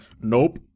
nope